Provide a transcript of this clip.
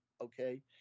okay